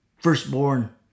firstborn